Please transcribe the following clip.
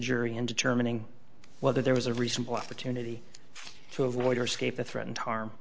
jury in determining whether there was a reasonable opportunity to avoid her escape the threatened harm